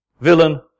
villain